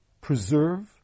preserve